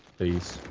these